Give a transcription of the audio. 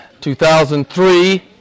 2003